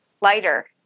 lighter